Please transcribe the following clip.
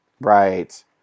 right